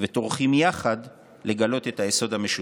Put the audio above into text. וטורחים יחד לגלות את היסוד המשותף".